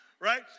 Right